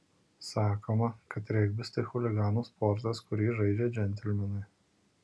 sakoma kad regbis tai chuliganų sportas kurį žaidžia džentelmenai